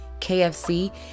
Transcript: KFC